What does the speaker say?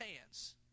hands